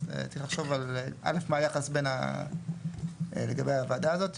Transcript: אז צריך לחשוב על א׳- מה היחס לגבי הוועדה הזו,